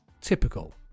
typical